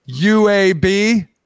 UAB